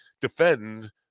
defend